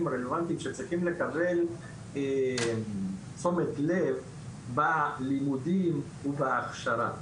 רלוונטיים שצריכים לקבל תשומת לב בלימודים ובהכשרה,